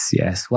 yes